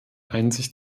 einsicht